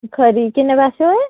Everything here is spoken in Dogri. खरी किन्ने पैसे होए